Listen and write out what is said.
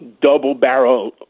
double-barrel